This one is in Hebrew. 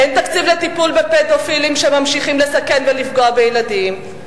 אין תקציב לטיפול בפדופילים שממשיכים לסכן ולפגוע בילדים,